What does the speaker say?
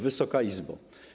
Wysoka Izbo!